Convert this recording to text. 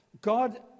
God